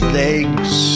legs